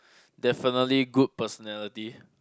definitely good personality